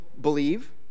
believe